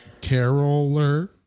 Caroler